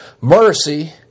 Mercy